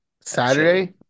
Saturday